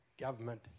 government